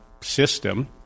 system